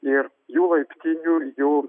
ir jų laiptinių jų